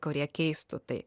kurie keistų tai